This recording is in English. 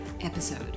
episode